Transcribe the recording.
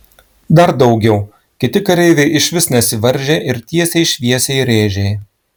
dar daugiau kiti kareiviai išvis nesivaržė ir tiesiai šviesiai rėžė